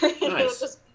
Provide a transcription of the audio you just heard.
Nice